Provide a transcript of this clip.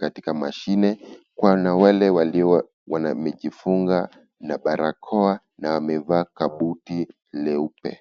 katika mashine. Kuna wale ambao wamejifunga na barakoa na amevaa kabuti leupe.